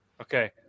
Okay